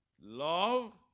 love